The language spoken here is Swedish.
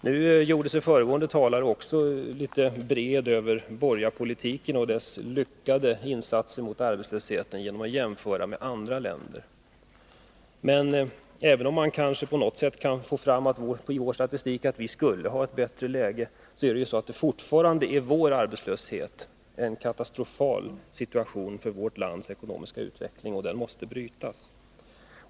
Föregående talare gjorde sig också litet bred över borgarpolitiken och dess ”lyckade” insatser mot arbetslösheten genom att jämföra med andra länder. Men även om man på något sätt kan få fram av vår statistik att vi skulle ha ett bättre läge, innebär vår arbetslöshet fortfarande en katastrofal situation för vårt lands ekonomiska utveckling, och den måste brytas.